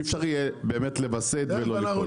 אי אפשר יהיה באמת לווסת ולא ליפול.